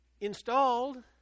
installed